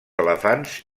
elefants